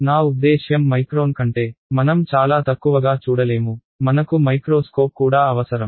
నా ఉద్దేశ్యం మైక్రోన్ కంటే మనం చాలా తక్కువగా చూడలేము మనకు మైక్రోస్కోప్ కూడా అవసరం